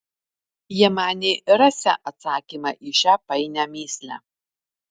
jie manė rasią atsakymą į šią painią mįslę